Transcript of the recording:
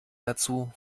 dazu